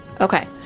Okay